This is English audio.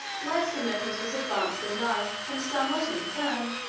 lysimachus was advanced in life, and somewhat infirm,